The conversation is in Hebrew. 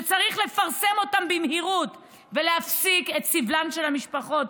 צריך לפרסם אותם במהירות ולהפסיק את סבלן של המשפחות,